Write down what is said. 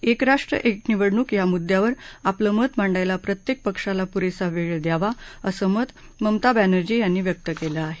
एकराष्ट्र एक निवडणूक या मुद्दयावर आपलं मत मांडायला प्रत्येक पक्षाला पुरेसा वेळ द्यावा असं मत ममता बॅनर्जी यांनी व्यक्त केलं आहे